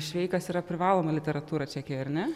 šveikas yra privaloma literatūra čekijoj ar ne